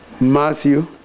Matthew